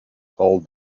called